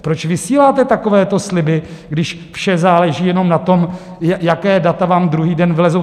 Proč vysíláte takovéto sliby, když vše záleží jenom na tom, jaká data vám druhý den vylezou?